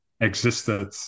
existed